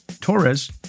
Torres